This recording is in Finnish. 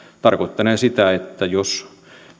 tarkoittanee sitä että jos